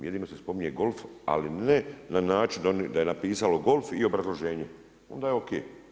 Jedino što se spominje golf, ali ne na način, da je napisalo golf i obrazloženje, onda je ok.